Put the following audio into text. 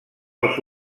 els